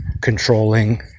controlling